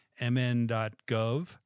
mn.gov